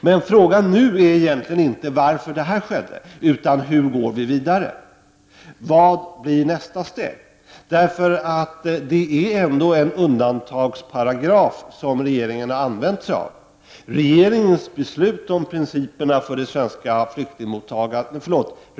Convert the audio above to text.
Men frågan just nu är inte varför detta skedde utan hur vi går vidare. Vad blir nästa steg? Det är ändå en undantagsparagraf som regeringen har tillämpat.